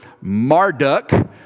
Marduk